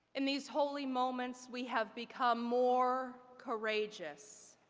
in these holy moments we have become more courageous,